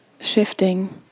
shifting